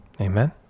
Amen